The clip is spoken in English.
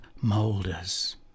moulders